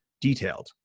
detailed